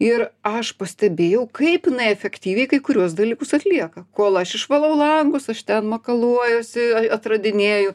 ir aš pastebėjau kaip jinai efektyviai kai kuriuos dalykus atlieka kol aš išvalau langus aš ten makaluojuosi a atradinėju